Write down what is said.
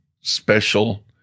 special